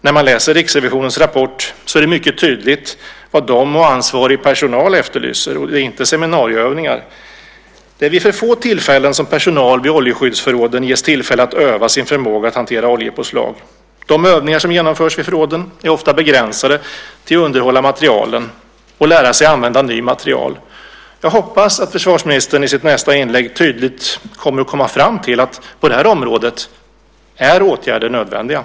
När man läser Riksrevisionens rapport ser man mycket tydligt vad de och ansvarig personal efterlyser, och det är inte seminarieövningar. Det är vid för få tillfällen som personal vid oljeskyddsförråden ges tillfälle att öva sin förmåga att hantera oljepåslag. De övningar som genomförs vid förråden är ofta begränsade till att underhålla materielen och till att lära sig använda ny materiel. Jag hoppas att försvarsministern i sitt nästa inlägg tydligt kommer fram till att åtgärder är nödvändiga på det här området.